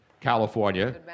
California